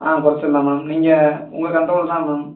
ஆ குறைச்சிர்லாம் மேம் நீங்கள் உங்கள் கண்ட்ரோல் தான் மேம்